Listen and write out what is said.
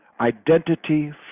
identity